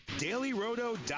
DailyRoto.com